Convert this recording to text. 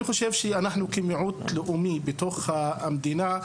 אני חושב שכמיעוט לאומי בתוך המדינה,